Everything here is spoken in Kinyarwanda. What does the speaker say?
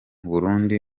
burundi